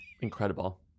Incredible